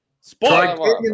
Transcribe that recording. Spoiler